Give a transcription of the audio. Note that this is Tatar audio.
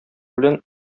белән